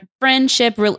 friendship